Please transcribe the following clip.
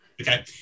Okay